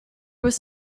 was